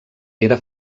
era